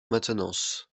maintenance